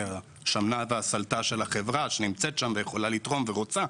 ה-'שמנה וסלתה' של החברה שנמצאת שם ויכולה לתרום ורוצה,